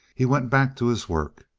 he went back to his work.